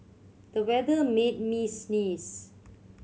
the weather made me sneeze